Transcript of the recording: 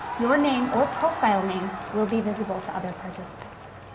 your name or profile name will be visible to other participants.